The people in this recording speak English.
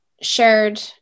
shared